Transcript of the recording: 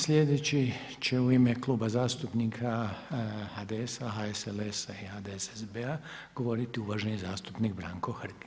Slijedeći će u ime Kluba zastupnika HDS-a, HSLS-a i HDSSB-a govoriti uvaženi zastupnik Branko Hrg.